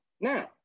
Now